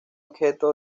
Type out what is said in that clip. objeto